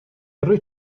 wyt